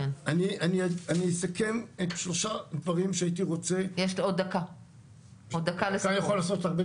אני אסכם את שלושת הדברים שהייתי רוצה לשים על סדר